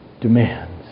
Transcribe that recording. demands